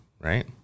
right